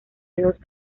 dos